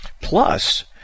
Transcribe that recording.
Plus